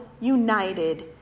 united